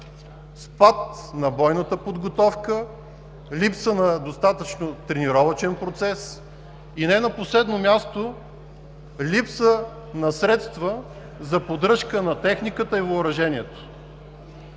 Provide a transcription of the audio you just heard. спад на бойната подготовка, липса на достатъчно тренировъчен процес, и не на последно място – липса на средства за поддръжка на техниката и въоръжението.